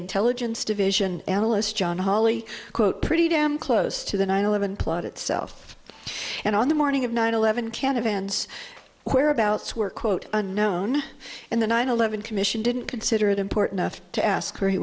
intelligence division analyst john holley quote pretty damn close to the nine eleven plot itself and on the morning of nine eleven can advance whereabouts were quote unknown and the nine eleven commission didn't consider it important enough to ask where he